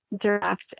direct